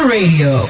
Radio